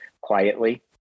quietly